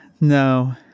no